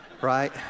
right